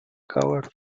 covered